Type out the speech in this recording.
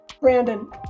brandon